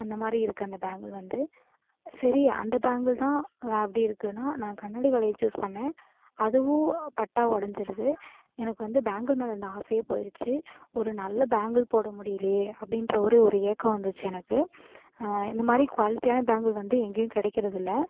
அந்த மாதிரி இருக்குது அந்த பேங்குல் வந்து சரி அந்த பேங்குல் தான் அப்படி இருக்குன்னால் நான் கண்ணாடி வளையல் சூஸ் பண்ணிணேன் அதுவும் பட்டால் உடஞ்சிருது எனக்கு வந்து பேங்குல் மேலேருந்த ஆசையே போயிருச்சு ஒரு நல்ல பேங்குல் போட முடியலையே அப்படின்ற ஒரு ஒரு ஏக்கம் வந்துச்சு எனக்கு இந்த மாதிரி குவாலிட்டியான பேங்குல் வந்து எங்கேயும் கிடைக்கிறதில்ல